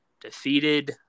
defeated